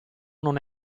non